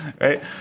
Right